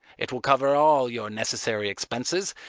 it will cover all your necessary expenses,